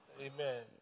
amen